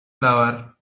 flower